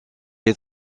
est